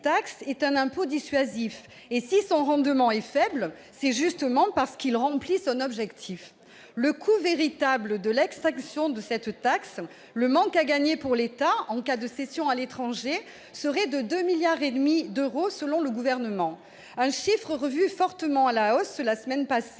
Mais l'est un impôt dissuasif. Et si son rendement est faible, c'est justement parce qu'il remplit son objectif ! Le coût « véritable » de l'extinction de cette taxe- le manque à gagner pour l'État en cas de cession à l'étranger -serait de 2,5 milliards d'euros selon le Gouvernement. Ce chiffre a été revu fortement à la hausse la semaine passée